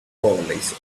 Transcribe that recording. overlays